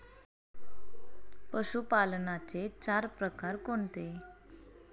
पशुपालनाचे चार प्रकार कोणते?